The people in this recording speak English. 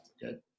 good